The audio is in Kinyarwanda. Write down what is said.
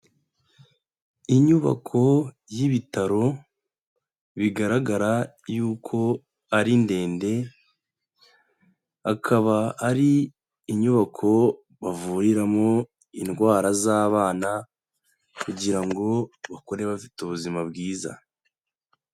Inyubako y'ibitaro bigaragara y'uko ari ndende, akaba ari inyubako bavuriramo indwara z'abana kugira ngo bakure bafite ubuzima bwiza.